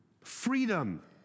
Freedom